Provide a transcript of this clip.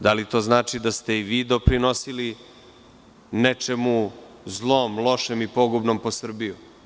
Da li to znači da ste i vi doprinosili nečemu zlom, lošem i pogubnom po Srbiju?